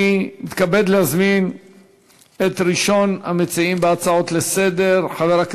אני מתכבד להזמין את ראשון המציעים בהצעות לסדר-היום,